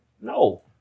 No